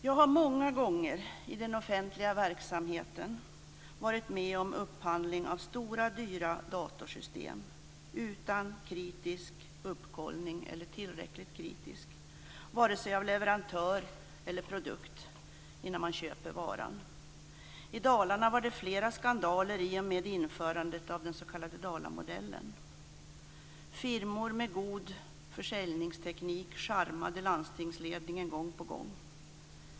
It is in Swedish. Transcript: Jag har många gånger i den offentliga verksamheten varit med om upphandling av stora, dyra datorsystem utan tillräckligt kritisk uppkollning av vare sig leverantör eller produkt innan man köper varan. I Dalarna var det flera skandaler i och med införandet av den s.k. Dalamodellen. Firmor med god försäljningsteknik charmade landstingsledningen gång på gång.